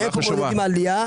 איך מעודדים עלייה?